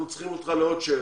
אנחנו צריכים אותך לעוד שאלה.